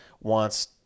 wants